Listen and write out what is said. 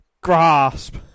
grasp